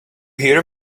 hear